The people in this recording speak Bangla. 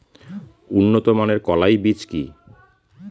উন্নত মানের কলাই বীজ কি?